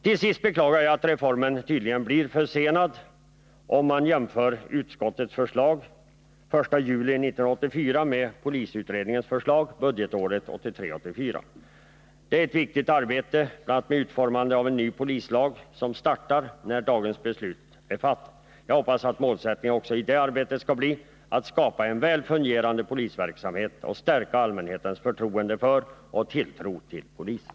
Till sist beklagar jag att reformen tydligen blir försenad — om man jämför utskottets förslag, den 1 juli 1984, med polisutredningens förslag, budgetåret 1983/84. Det är ett viktigt arbete — bl.a. med utformande av en ny polislag — som startar när dagens beslut är fattat. Jag hoppas målsättningen också i det arbetet skall bli att skapa en väl fungerande polisverksamhet och stärka allmänhetens förtroende för och tilltro till polisen.